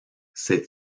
sais